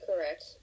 correct